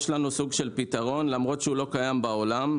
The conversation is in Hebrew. יש לנו סוג של פתרון למרות שהוא לא קיים בעולם,